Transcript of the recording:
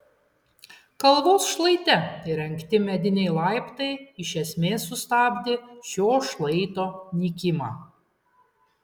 kalvos šlaite įrengti mediniai laiptai iš esmės sustabdė šio šlaito nykimą